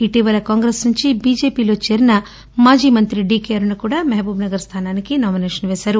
ఇటీవల కాంగ్రెస్ నుండి బిజెపిలో చేరిన మాజీ మంతి డికె అరుణ కూడా మహబూబ్నగర్ స్థానానికి నామినేషన్ వేసారు